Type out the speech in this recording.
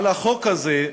על החוק הזה,